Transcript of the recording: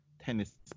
tennis